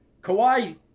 Kawhi